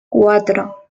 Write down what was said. cuatro